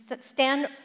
stand